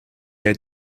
had